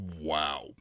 Wow